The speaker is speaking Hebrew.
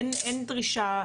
אין דרישה,